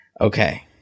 Okay